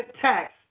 tax